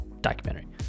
documentary